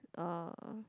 uh